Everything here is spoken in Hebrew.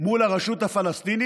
מול הרשות הפלסטינית,